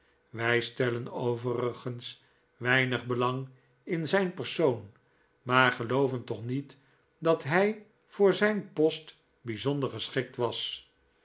wij stellen overigens weinig belang in zijn persoon maar gelooven toch niet dat hij voor zijn post bijzonder geschikt was